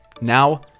Now